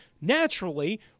naturally